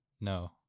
No